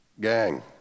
Gang